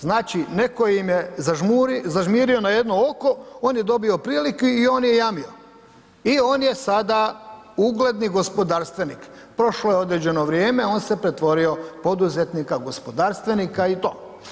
Znači, neko im je zažmirio na jedno oko, on je dobio priliku i on je jamio i on je sada ugledni gospodarstvenik, prošlo je određeno vrijeme, on se pretvorio u poduzetnika, gospodarstvenika i to.